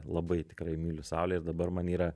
labai tikrai myliu saulę ir dabar man yra